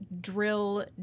drill